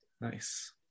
Nice